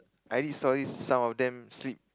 I read stories some of them sleep